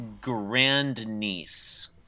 grandniece